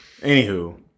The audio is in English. Anywho